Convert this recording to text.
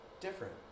Different